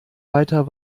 weiter